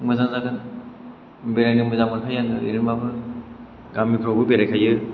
मोजां जागोन बेरायनो मोजां मोनखायो आं ओरैनोबाबो गामिफ्रावबो बेरायखायो